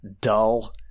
dull